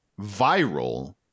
viral